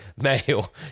male